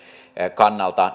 kannalta